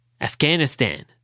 Afghanistan